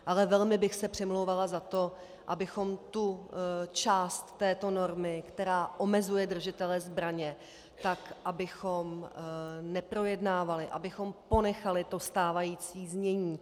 Ale velmi bych se přimlouvala za to, abychom tu část této normy, která omezuje držitele zbraně, abychom neprojednávali, abychom ponechali stávající znění.